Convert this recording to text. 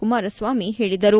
ಕುಮಾರಸ್ವಾಮಿ ಹೇಳಿದರು